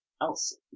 else